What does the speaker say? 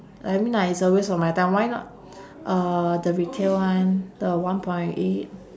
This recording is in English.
like I mean like it's a waste of my time why not uh the retail one the one point eight